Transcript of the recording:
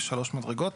יש שלוש מדרגות